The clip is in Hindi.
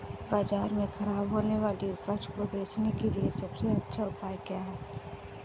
बाजार में खराब होने वाली उपज को बेचने के लिए सबसे अच्छा उपाय क्या हैं?